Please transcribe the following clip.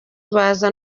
baza